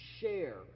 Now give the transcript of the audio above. share